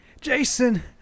Jason